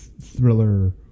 thriller